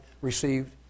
received